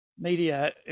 Media